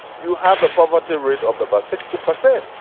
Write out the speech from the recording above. you have a poverty rate of about sixty percent,